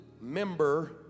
member